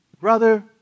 brother